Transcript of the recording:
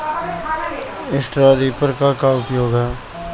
Straw reaper क का उपयोग ह?